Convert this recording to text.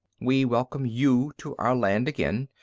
we welcome you to our land again.